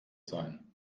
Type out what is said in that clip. sein